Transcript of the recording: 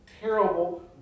terrible